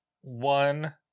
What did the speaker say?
one